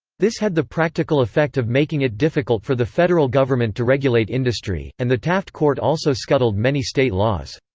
this had the practical effect of making it difficult for the federal government to regulate industry, and the taft court also scuttled many state laws.